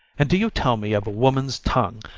and do you tell me of a woman's tongue,